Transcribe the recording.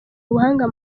ubuhanga